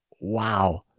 wow